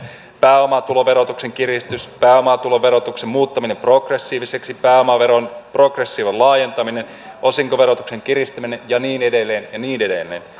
pääomatuloverotuksen kiristys pääomatuloverotuksen muuttaminen progressiiviseksi pääomaveron progression laajentaminen osinkoverotuksen kiristäminen ja niin edelleen ja niin edelleen